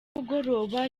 nimugoroba